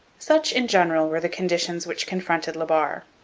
such, in general, were the conditions which confronted la barre,